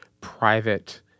private